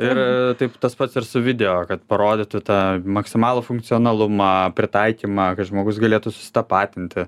ir taip tas pats ir su video kad parodytų tą maksimalų funkcionalumą pritaikymą kad žmogus galėtų susitapatinti